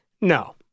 No